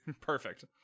perfect